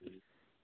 ꯎꯝ